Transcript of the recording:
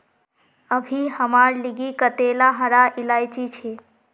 अभी हमार लिगी कतेला हरा इलायची छे